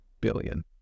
billion